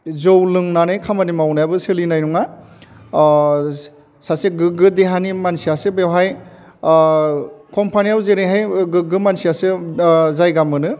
जौ लोंनानै खामानि मावनायाबो सोलिनाय नङा सासे गोगो देहानि मानसिआसो बेवहाय कम्फानियाव जेरैहाय गोग्गो मानसियासो जायगा मोनो